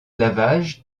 lavage